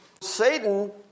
Satan